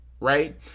right